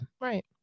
right